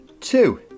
two